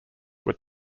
were